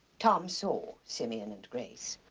tom saw simeon and grace.